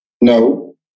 No